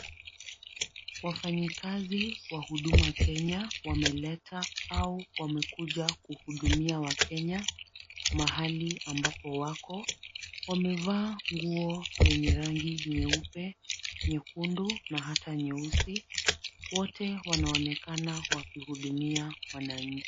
Wafanyikazi wa huduma Kenya wameleta au wamekuja kuhudumia wakenya mahali ambapo wako. Wamevaa nguo lenye rangi nyeupe, nyekundu na hata nyeusi, wote wanaonekana wakihudumia wananchi.